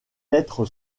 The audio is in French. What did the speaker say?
être